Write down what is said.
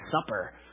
supper